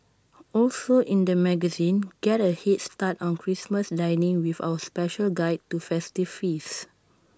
also in the magazine get A Head start on Christmas dining with our special guide to festive feasts